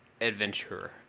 adventurer